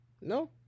no